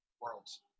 worlds